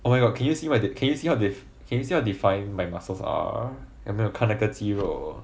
oh my god can you see what can you see what how def~ can you see how defined my muscles are 你有没有看那个肌肉